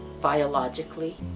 biologically